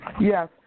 Yes